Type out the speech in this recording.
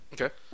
Okay